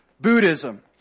Buddhism